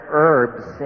herbs